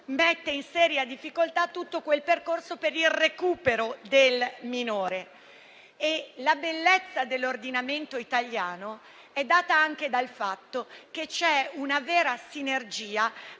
mette in seria difficoltà tutto il percorso di recupero del minore. La bellezza dell'ordinamento italiano è data anche dal fatto che c'è una vera sinergia